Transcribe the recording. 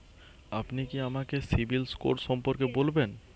আপনি কি আমাকে সিবিল স্কোর সম্পর্কে বলবেন?